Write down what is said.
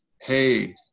hey